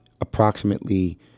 approximately